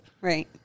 Right